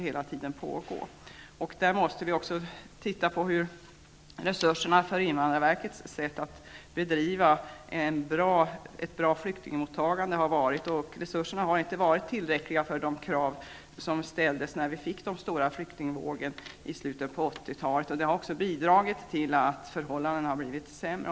Vi måste också se på hur resurserna för invandrarverkets sätt att bereda ett bra flyktingmottagande har använts. Resurserna har inte varit tillräckliga för att uppfylla de krav som ställdes när den stora flyktingvågen kom i slutet av 80-talet. Detta har också bidragit till att förhållandena har blivit sämre.